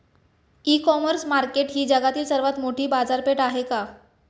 इ commerce market ही जगातील सर्वात मोठी बाजारपेठ आहे का?